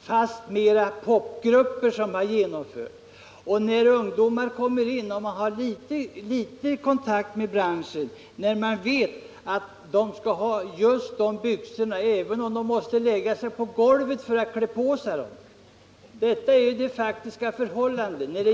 Fastmera är det kanske olika popgrupper. När man har litet kontakt med branschen, så vet man att ungdomar vill ha just en viss sorts byxor även om de måste lägga sig på golvet för att ta på sig dem. Detta är det faktiska förhållandet.